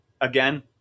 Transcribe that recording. again